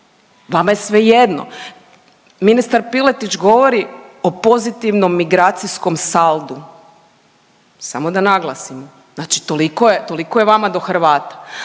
vama je svejedno. Ministar Piletić govori o pozitivnom migracijskom saldu, samo da naglasim, znači toliko je, toliko je vama do Hrvata.